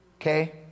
Okay